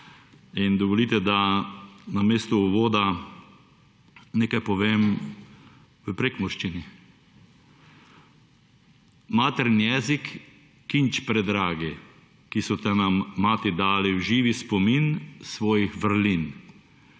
in dovolite, da namesto uvoda nekaj povem v prekmurščini. Matern' jezik, kinč predragi, ki so te nam mati dali v živi spomin svojih vrlin,